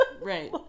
right